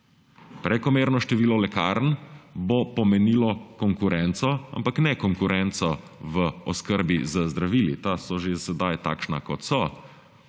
Prekomerno število lekarn bo pomenilo konkurenco, ampak ne konkurence v oskrbi z zdravili, ta so že sedaj takšna, kot so,